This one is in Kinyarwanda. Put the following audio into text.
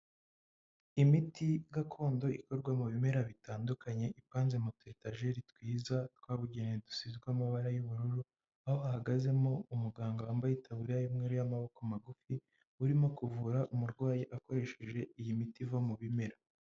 Imiti gakondo ikorwa mu bimera bitandukanye ipanze mutu etageri twiza twabugenewe dusizwe amabara y'ubururu, aho hahagazemo umuganga wambaye itaburiya y'umweru y'amaboko magufi urimo kuvura umurwayi akoresheje iyi miti iva mu bimera.